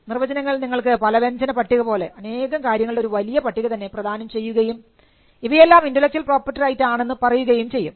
നിർവചനങ്ങൾ നിങ്ങൾക്ക് പലവ്യഞ്ജന പട്ടിക പോലെ അനേകം കാര്യങ്ങളുടെ ഒരു വലിയ പട്ടിക തന്നെ പ്രദാനം ചെയ്യുകയും ഇവയെല്ലാം ഇന്റെലക്ച്വൽ പ്രോപ്പർട്ടി റൈറ്റ് ആണെന്ന് പറയുകയും ചെയ്യും